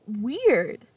weird